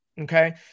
Okay